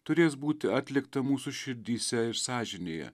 turės būti atlikta mūsų širdyse ir sąžinėje